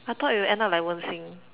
I thought it will end up like Wen-Xin